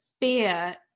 fear